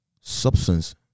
substance